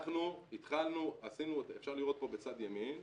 אנחנו התחלנו, אפשר לראות בצד ימין,